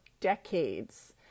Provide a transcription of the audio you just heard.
decades